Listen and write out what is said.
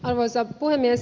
arvoisa puhemies